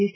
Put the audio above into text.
S